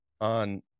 on